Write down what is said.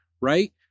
right